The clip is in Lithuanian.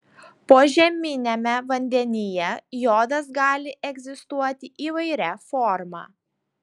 požeminiame vandenyje jodas gali egzistuoti įvairia forma